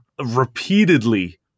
repeatedly